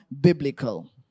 biblical